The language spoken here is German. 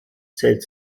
zählt